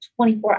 24